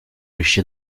riuscì